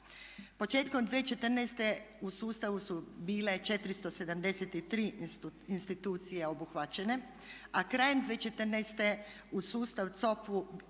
Početkom 2014. u sustavu su bile 473 institucije obuhvaćene, a krajem 2014. u sutavu COP-a